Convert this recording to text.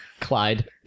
Clyde